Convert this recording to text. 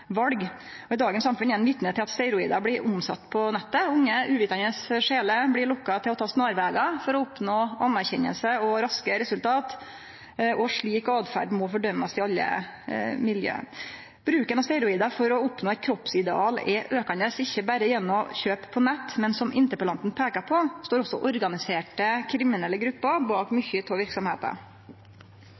I dagens samfunn er ein vitne til at steroida blir omsette på nettet. Unge og uvitande sjeler blir lokka til å ta snarvegar for å oppnå heider og raske resultat. Slik åtferd må bli fordømt i alle miljø. Bruken av steroid for å oppnå eit kroppsideal er aukande, ikkje berre gjennom kjøp på nett, men – som interpellanten peika på – også organiserte kriminelle grupper står bak mykje